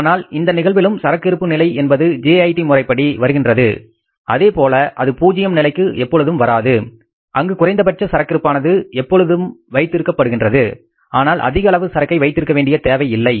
ஆனால் இந்த நிகழ்விலும் சரக்கு இருப்பு நிலை என்பது JIT முறைப்படி வருகின்றது அதேபோல அது பூஜ்ஜியம் நிலைக்க எப்பொழுதும் வராது அங்கு குறைந்தபட்ச சரக்கிருப்பானது எப்பொழுதும் வைத்திருக்க படுகின்றது ஆனால் அதிக அளவு சரக்கை வைத்திருக்க வேண்டிய தேவை இல்லை